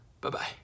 Bye-bye